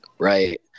Right